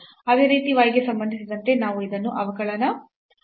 ಅದೇ ರೀತಿ y ಗೆ ಸಂಬಂಧಿಸಿದಂತೆ ನಾವು ಇದನ್ನು ಅವಕಲನ ಮಾಡಿದಾಗ fyy